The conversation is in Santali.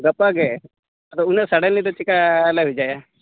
ᱜᱟᱯᱟᱜᱮ ᱟᱫᱚ ᱩᱱᱟᱹᱜ ᱥᱟᱰᱮᱱᱞᱤ ᱫᱚ ᱪᱤᱠᱟᱹᱞᱮ ᱵᱷᱮᱡᱟᱭᱟ